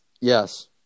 Yes